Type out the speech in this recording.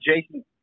Jason